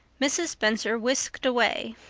mrs. spencer whisked away,